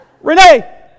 Renee